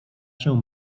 się